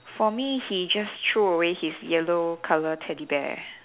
for me he just threw away his yellow colour teddy bear